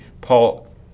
Paul